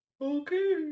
Okay